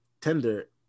tender